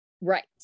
right